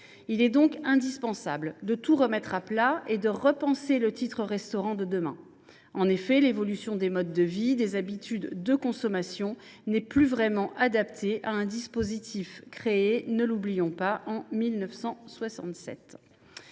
Il est donc indispensable de tout remettre à plat et de repenser le titre restaurant de demain. En effet, l’évolution des modes de vie et des habitudes de consommation n’est plus vraiment adaptée à un dispositif qui a été créé, ne l’oublions pas, en 1967.